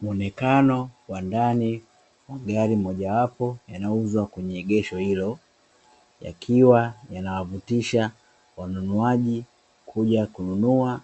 Muonekano wa ndani wa gari mojawapo yanayouzwa kwenye egesho hilo yakiwa yanawavutisha wanunuaji kuja kununua